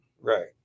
right